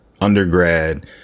undergrad